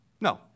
No